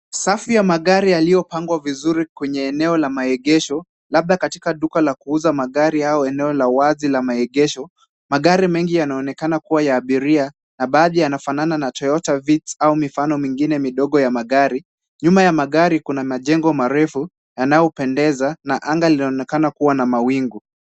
Safu ya magari yaliyopangwa vizuri kwenye eneo ya maegesho, labda katika duka la kuuza magari au eneo la wazi la maegesho, magari mengi yanaonekana kuwa ya abiria na baadhi yanafanana na Toyota Vitz au mifano mingine midogo ya magari. Nyuma ya magari kuna majumba marefu, yanayopendeza na anga linaonekana kuwa na mawingu.